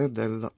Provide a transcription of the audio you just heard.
del